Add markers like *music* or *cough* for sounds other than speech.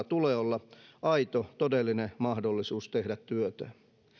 *unintelligible* tulee olla aito todellinen mahdollisuus tehdä työtään